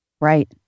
Right